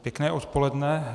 Pěkné odpoledne.